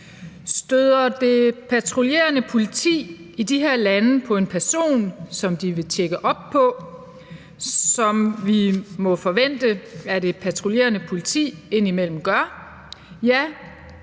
Støder det patruljerende politi i de her lande på en person, som de vil tjekke op på, som vi må forvente at det patruljerende politi ind imellem gør, ja,